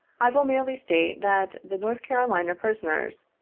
i will merely state, that the north carolina prisoners,